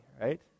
right